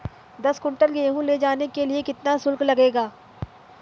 दस कुंटल गेहूँ ले जाने के लिए कितना शुल्क लगेगा?